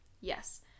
Yes